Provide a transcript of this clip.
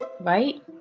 right